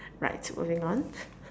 right moving on